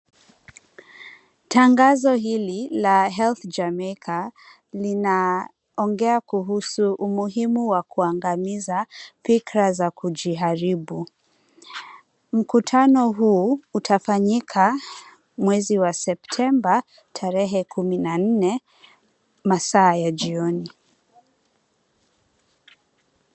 Tangazo hili la health Jamaica, linaongea kuhusu umuhimu wa kuangamiza fikra za kujiharibu. Mkutano huu, utafanyika mwezi wa septemba tarehe 14 masaa ya jioni.